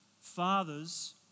Fathers